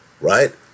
Right